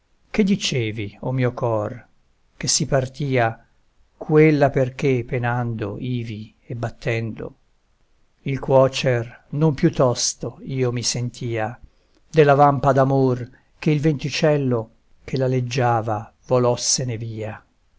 che dicevi o mio cor che si partia quella per che penando ivi e battendo il cuocer non più tosto io mi sentia della vampa d'amor che il venticello che l'aleggiava volossene via